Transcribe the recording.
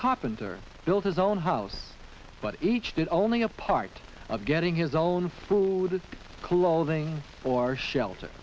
carpenter built his own house but each did only a part of getting his own food clothing or shelter